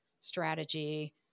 strategy